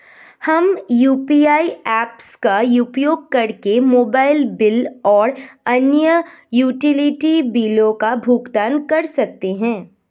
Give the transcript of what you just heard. हम UPI apps का उपयोग करके मोबाइल बिल और अन्य यूटिलिटी बिलों का भुगतान कर सकते हैं